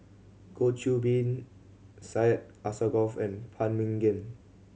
Goh Qiu Bin Syed Alsagoff and Phan Ming Yen